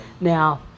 now